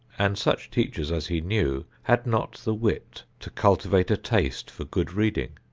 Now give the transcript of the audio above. and such teachers as he knew had not the wit to cultivate a taste for good reading.